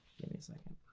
gimme a second.